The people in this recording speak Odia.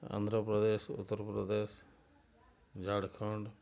ଆନ୍ଧ୍ରପ୍ରଦେଶ ଉତ୍ତରପ୍ରଦେଶ ଝାଡ଼ଖଣ୍ଡ